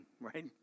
Right